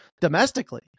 domestically